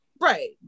Right